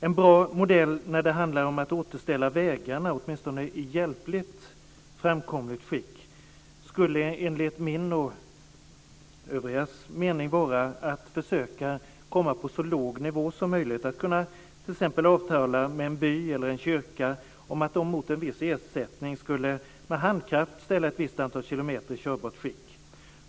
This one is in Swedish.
En bra modell att återställa vägarna i åtminstone hjälpligt framkomligt skick skulle enligt min och övrigas mening vara att försöka gå ned på så låg nivå som möjligt, t.ex. avtala med en by eller en kyrka om att mot en viss ersättning med handkraft ställa ett visst antal kilometer väg i körbart skick.